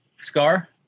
Scar